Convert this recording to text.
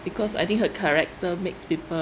because I think her character makes people